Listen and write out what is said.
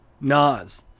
Nas